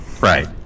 Right